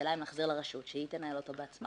השאלה אם להחזיר לרשות שהיא תנהל אותו בעצמה.